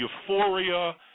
euphoria